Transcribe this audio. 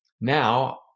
Now